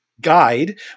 guide